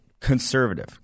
conservative